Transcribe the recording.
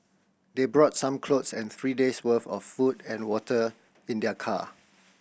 they brought some clothes and three days' worth of food and water in their car